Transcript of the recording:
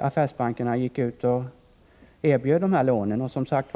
affärsbankerna gick ut och erbjöd dessa lån.